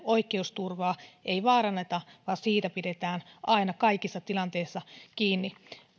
oikeusturvaa ei vaaranneta vaan siitä pidetään aina kaikissa tilanteissa kiinni